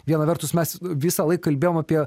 viena vertus mes visąlaik kalbėjom apie